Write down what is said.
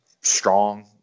strong